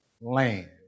land